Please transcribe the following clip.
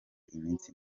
iminsi